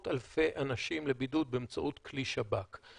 אלפי אנשים לבידוד באמצעות כלי שב"כ.